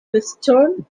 western